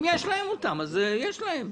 אם יש להם אותן אז יש להם.